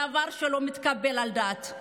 דבר שלא מתקבל על הדעת.